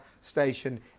station